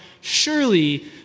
surely